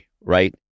right